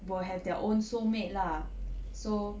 will have their own soul mate lah so